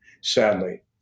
sadly